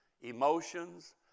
emotions